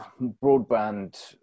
broadband